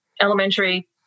Elementary